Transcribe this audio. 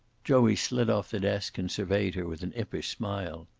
joey slid off the desk and surveyed her with an impish smile.